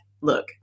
look